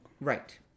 Right